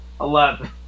Eleven